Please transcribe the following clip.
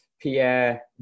Pierre